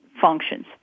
functions